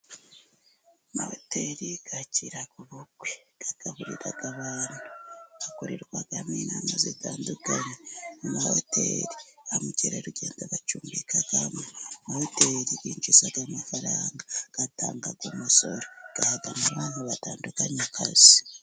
Amahoteli yakira ubukwe, agaburira abantu, hakorerwamo inama zitandukanye, mu mahotel ba mukerarugendo bacumbikamo, amahoteli yinjiza amafaranga, atanga umusoro, aha abantu batandukanye akazi.